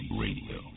radio